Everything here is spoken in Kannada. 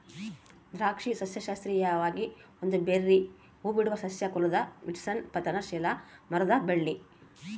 ದ್ರಾಕ್ಷಿ ಸಸ್ಯಶಾಸ್ತ್ರೀಯವಾಗಿ ಒಂದು ಬೆರ್ರೀ ಹೂಬಿಡುವ ಸಸ್ಯ ಕುಲದ ವಿಟಿಸ್ನ ಪತನಶೀಲ ಮರದ ಬಳ್ಳಿ